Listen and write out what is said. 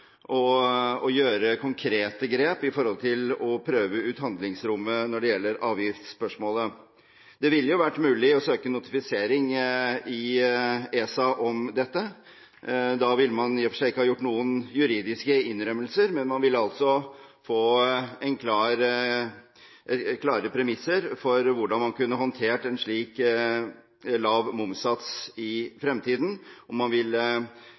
å gjøre konkrete grep med tanke på å prøve ut handlingsrommet når det gjelder avgiftsspørsmålet. Det ville vært mulig å søke notifisering i ESA om dette. Da ville man i og for seg ikke ha gjort noen juridiske innrømmelser, men man ville fått klare premisser for hvordan man kan håndtere en slik lav momssats i fremtiden, og man